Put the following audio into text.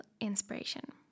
inspiration